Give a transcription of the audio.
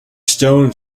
stone